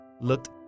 looked